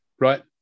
Right